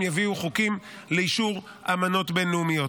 יביאו חוקים לאישור אמנות בין-לאומיות.